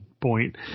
point